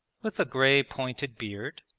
with a grey pointed beard,